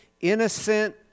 innocent